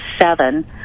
seven